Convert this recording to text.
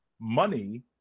money